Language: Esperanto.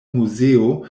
muzeo